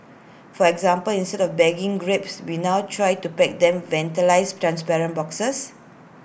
for example instead of bagging grapes we now try to pack them ventilator transparent boxes